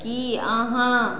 की अहाँ